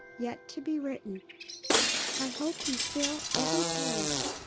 yet to be written i hope you fill every page.